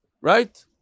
right